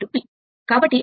కాబట్టి A P